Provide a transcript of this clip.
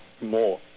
more